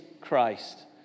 Christ